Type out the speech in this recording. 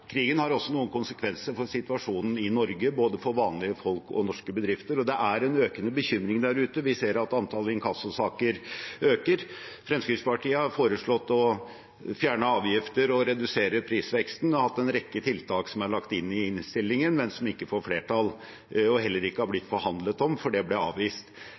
krigen har også noen konsekvenser for situasjonen i Norge, både for vanlige folk og for norske bedrifter. Det er en økende bekymring der ute. Vi ser at antallet inkassosaker øker. Fremskrittspartiet har foreslått å fjerne avgifter og redusere prisveksten og har en rekke tiltak som er lagt inn i innstillingen, men som ikke får flertall – og heller ikke har blitt forhandlet om, for det ble avvist.